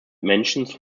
mentions